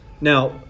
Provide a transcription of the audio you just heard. Now